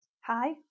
Hi